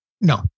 No